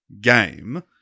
Game